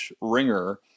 Ringer